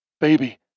Baby